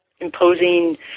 imposing